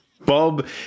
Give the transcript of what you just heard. Bob